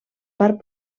part